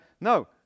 no